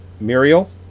Muriel